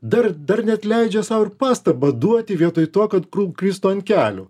dar dar net leidžia sau ir pastabą duoti vietoj to kad kristų ant kelių